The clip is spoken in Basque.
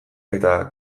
eta